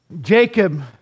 Jacob